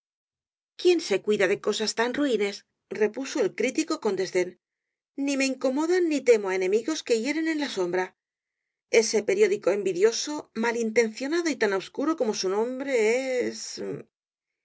quién se cuida de cosas tan ruines repuso el crítico con desdén ni me incomodan ni temo á enemigos que hieren en la sombra ese periódico envidioso malintencionado y tan obscuro como su nombre es